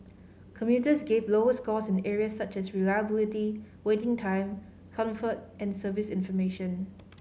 commuters gave lower scores in areas such as reliability waiting time comfort and service information